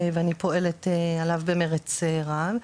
ואני פועלת עליו במרץ רב,